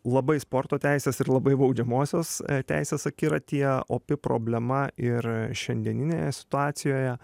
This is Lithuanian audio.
labai sporto teisės ir labai baudžiamosios teisės akiratyje opi problema ir šiandieninėje situacijoje